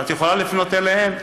ואת יכולה לפנות אליהם